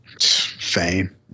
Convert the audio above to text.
Fame